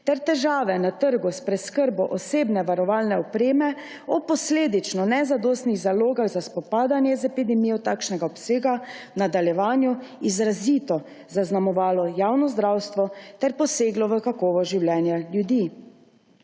ter težave na trgu s preskrbo osebne varovalne opreme ob posledično nezadostnih zalogah za spopadanje z epidemijo takšnega obsega v nadaljevanju izrazito zaznamovalo javno zdravstvo ter poseglo v kakovost življenja ljudi.